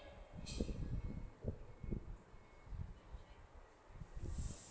mm